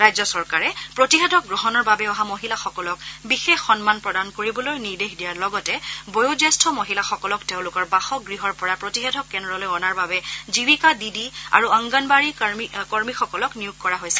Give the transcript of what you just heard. ৰাজ্য চৰকাৰে প্ৰতিষেধক গ্ৰহণৰ বাবে অহা মহিলাসকলক বিশেষ সন্মান প্ৰদান কৰিবলৈ নিৰ্দেশ দিয়াৰ লগতে বয়োজ্যেষ্ঠ মহিলাসকলক তেওঁলোকৰ বাসগৃহৰ পৰা প্ৰতিষেধক কেদ্ৰলৈ অনাৰ বাবে জীৱিকা দিদি আৰু অংগনবাড়ী কৰ্মীসকলক নিয়োগ কৰা হৈছে